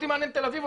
אותי מעניין תל אביב,